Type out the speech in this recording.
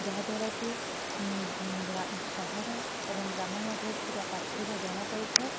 ଯାହାଦ୍ୱାରାକି ଗ୍ରା ସହର ଏବଂ ଗ୍ରାମ ମଧ୍ୟରେ ଥିବା ପାର୍ଥକ୍ୟ ଜଣା ପଡ଼ିଥାଏ